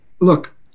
Look